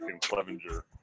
Clevenger